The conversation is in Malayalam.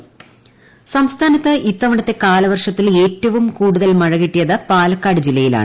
മഴ ഇടുക്കി സംസ്ഥാനത്ത് ഇത്തവണത്തെ കാലവർഷത്തിൽ ഏറ്റവും കൂടുതൽ മഴ കിട്ടിയത് പാലക്കാട് ജില്ലയിലാണ്